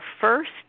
first